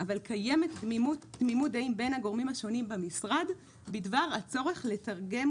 אבל קיימת תמימות דעים בין הגורמים השונים במשרד בדבר הצורך לתרגם